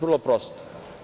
Vrlo prosto.